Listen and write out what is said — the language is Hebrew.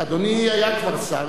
אדוני היה כבר שר.